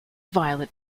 violet